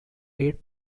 eight